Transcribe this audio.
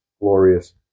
glorious